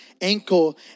ankle